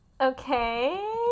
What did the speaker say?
Okay